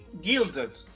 gilded